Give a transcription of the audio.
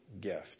gift